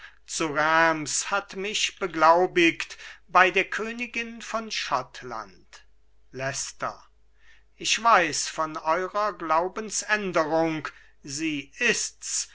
zu reims hat mich beglaubigt bei der königin von schottland leicester ich weiß von eurer glaubensänderung sie ist's